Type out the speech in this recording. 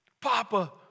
Papa